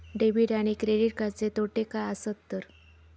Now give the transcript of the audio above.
Debit आणि credit कार्डचे तोटे काय आसत तर?